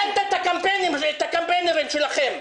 את הקמפיינרים שלכם.